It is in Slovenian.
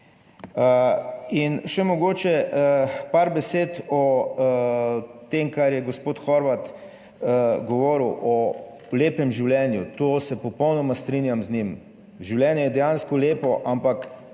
In še mogoče par besed o tem, kar je gospod Horvat govoril o lepem življenju. To se popolnoma strinjam z njim, življenje je dejansko lepo, ampak